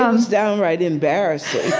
um was downright embarrassing